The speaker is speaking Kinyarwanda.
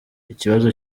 ikibazo